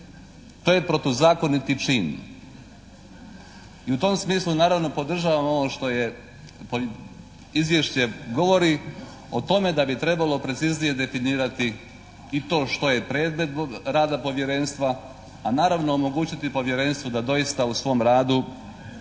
to je protuzakoniti čin. I u tom smislu naravno podržavam ono što je izvješće govori o tome da bi trebalo preciznije definirati i to što je predmet rada Povjerenstva, a naravno omogućiti Povjerenstvu da doista u svom radu